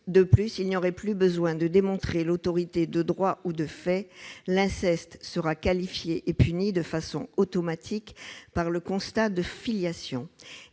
De plus, il n'y aurait plus besoin de démontrer l'autorité de droit ou de fait, l'inceste sera qualifié et puni de façon automatique, par le constat de la filiation.